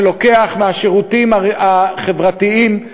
שלוקח מהשירותים החברתיים,